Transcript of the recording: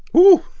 ooh,